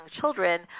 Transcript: children